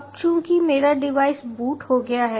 अब चूंकि मेरा डिवाइस बूट हो गया है